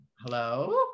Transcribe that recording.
Hello